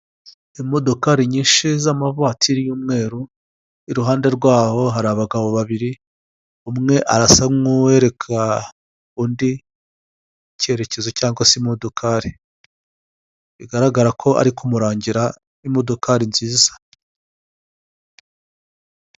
Imodokari nyinshi z'amavatiri y'umweru, iruhande rwabo hari abagabo babiri umwe arasa nk'uwereka undi icyerekezo cyangwa se imodokari bigaragara ko ari kumurangira imodokari nziza.